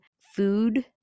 food